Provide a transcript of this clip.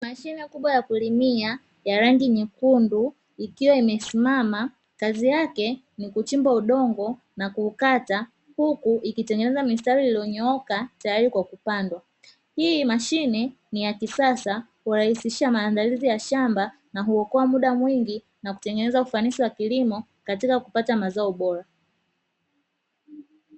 Mashine kubwa ya kulimia ya rangi nyekundu ikiwa imesimama, kazi yake ni kuchimba udongo na kuukata huku ikitengeneza mistari iliyonyooka tayari kwa kupandwa. Hii mashine ni ya kisasa hurahisisha maandalizi ya shamba na huokoa muda mwingi na kutengeneza ufanisi wa kilimo katika kupata mazao bora.